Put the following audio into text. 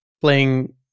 playing